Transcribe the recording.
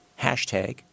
Hashtag